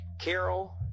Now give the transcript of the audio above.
Carol